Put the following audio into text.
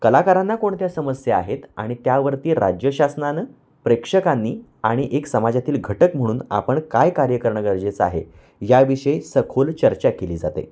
कलाकारांना कोणत्या समस्या आहेत आणि त्यावरती राज्यशासनानं प्रेक्षकांनी आणि एक समाजातील घटक म्हणून आपण काय कार्य करणं गरजेचं आहे याविषयी सखोल चर्चा केली जाते